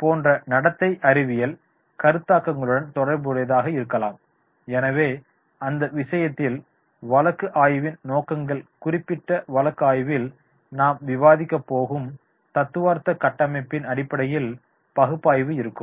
போன்ற நடத்தை அறிவியல் கருத்தாக்கங்களுடன் தொடர்புடையதாக இருக்கலாம் எனவே அந்த விஷயத்தில் வழக்கு ஆய்வின் நோக்கங்கள் குறிப்பிட்ட வழக்கு ஆய்வில் நாம் விவாதிக்கப் போகும் தத்துவார்த்த கட்டமைப்பின் அடிப்படையில் பகுப்பாய்வு இருக்கும்